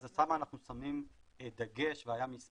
אז שם אנחנו שמים דגש והיו מספר